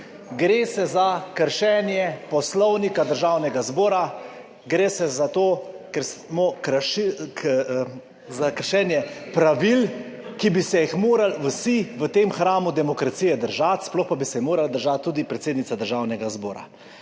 Gre za kršenje Poslovnika Državnega zbora. Gre za kršenje pravil, ki bi se jih morali vsi v tem hramu demokracije držati, sploh pa bi se jih morala držati tudi predsednica Državnega zbora.